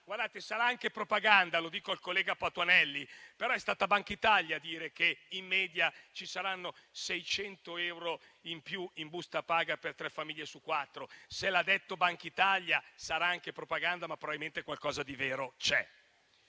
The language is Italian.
che sarà anche propaganda, ma è stata Banca d'Italia a dire che, in media, ci saranno 600 euro in più in busta paga per tre famiglie su quattro. Se l'ha detto Banca d'Italia, sarà anche propaganda, ma probabilmente qualcosa di vero c'è.